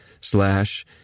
slash